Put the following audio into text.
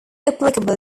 applicable